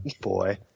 boy